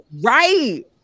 right